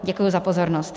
Děkuji za pozornost.